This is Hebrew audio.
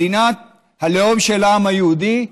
מדינת הלאום של העם היהודי,